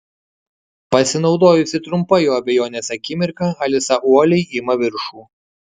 pasinaudojusi trumpa jo abejonės akimirka alisa uoliai ima viršų